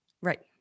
right